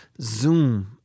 zoom